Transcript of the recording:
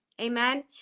Amen